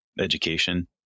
education